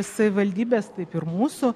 savivaldybės taip ir mūsų